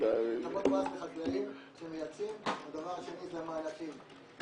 מס לחקלאים שמייצאים, והדבר השני זה המענקים.